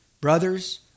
brothers